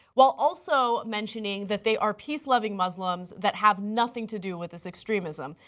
while also mentioning that they are peace-loving muslims that have nothing to do with this extremism.